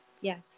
yes